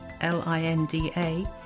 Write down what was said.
L-I-N-D-A